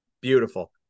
Beautiful